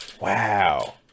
wow